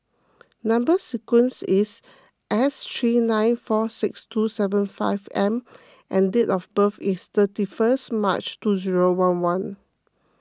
Number Sequence is S three nine four six two seven five M and date of birth is thirty first March two zero one one